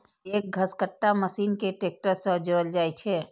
पैघ घसकट्टा मशीन कें ट्रैक्टर सं जोड़ल जाइ छै